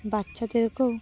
বাচ্চাদেরকে